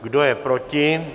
Kdo je proti?